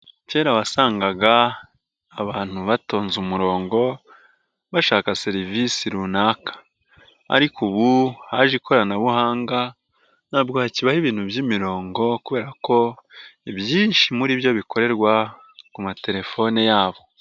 Kera wasangaga abantu batonze umurongo, bashaka serivisi runaka ariko ubu haje ikoranabuhanga ntabwo hakibaho ibintu by'imirongo kubera ko ibyinshi muri byo bikorerwa ku matelefone yabo.